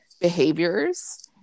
behaviors